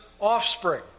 offspring